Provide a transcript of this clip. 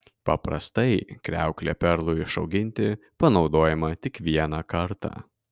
paprastai kriauklė perlui išauginti panaudojama tik vieną kartą